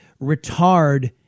retard